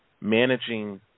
managing